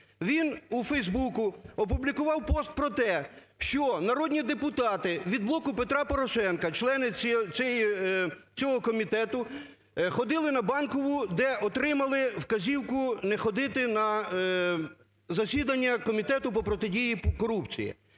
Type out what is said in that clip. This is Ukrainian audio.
Він у "Фейсбуку" опублікував пост про те, що народні депутати від "Блоку Петра Порошенка", члени цього комітету, ходили на Банкову, де отримали вказівку не ходити на засідання Комітету по протидії корупції.